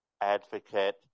advocate